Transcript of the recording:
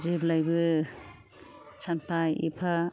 जेब्लायबो सानफा एफा